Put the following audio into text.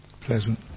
Pleasant